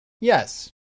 Yes